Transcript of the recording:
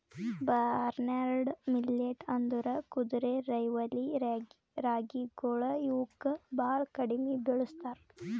barnyard millet ಅಂದುರ್ ಕುದುರೆರೈವಲಿ ರಾಗಿಗೊಳ್ ಇವುಕ್ ಭಾಳ ಕಡಿಮಿ ಬೆಳುಸ್ತಾರ್